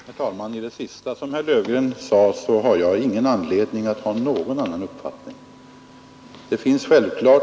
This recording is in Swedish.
Herr talman! Vad beträffar det senaste som herr Löfgren sade har jag ingen anledning att ha någon annan uppfattning än han.